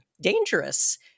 dangerous